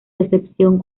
decepción